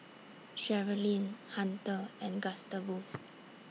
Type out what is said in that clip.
Sherilyn Hunter and Gustavus